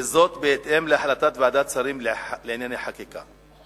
וזאת בהתאם להחלטת ועדת שרים לענייני חקיקה.